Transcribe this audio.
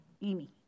Amy